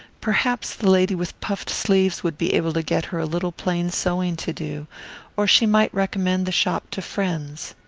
perhaps the lady with puffed sleeves would be able to get her a little plain sewing to do or she might recommend the shop to friends.